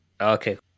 Okay